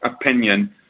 opinion